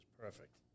perfect